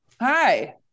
Hi